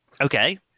Okay